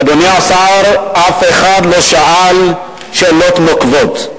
אדוני השר, אף אחד לא שאל שאלות נוקבות,